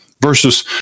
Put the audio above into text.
versus